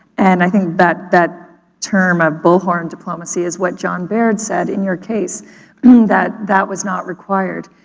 and i think that that term of bullhorn diplomacy is what john baird said in your case in i mean that that was not required.